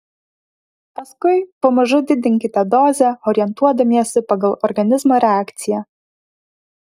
paskui pamažu didinkite dozę orientuodamiesi pagal organizmo reakciją